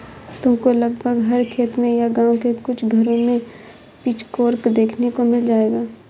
तुमको लगभग हर खेत में या गाँव के कुछ घरों में पिचफोर्क देखने को मिल जाएगा